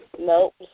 Nope